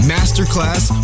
Masterclass